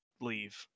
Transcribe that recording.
leave